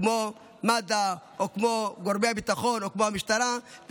כמו מד"א או כמו גורמי הביטחון או כמו המשטרה,